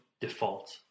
Default